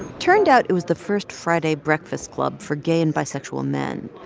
turned out it was the first friday breakfast club for gay and bisexual men,